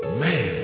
man